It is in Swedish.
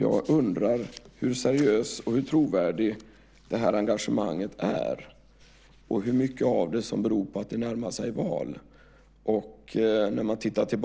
Jag undrar hur seriöst och trovärdigt engagemanget är och hur mycket av det som beror på att det närmar sig val.